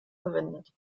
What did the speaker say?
verwendet